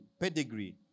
pedigree